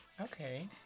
Okay